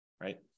right